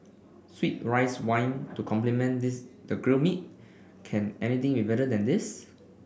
sweet rice wine to complement this the grilled meat can anything be better than this